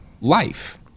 life